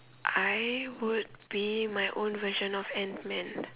I would be my own version of ant man